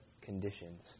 conditions